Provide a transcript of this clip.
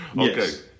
Okay